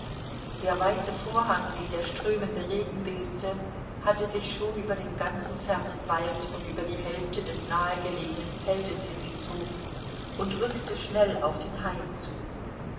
der weiße vorhang den der strömende regen bildete hatte sich schon über den ganzen fernen wald und über die hälfte des nahe gelegenen feldes hingezogen und rückte schnell auf den hain zu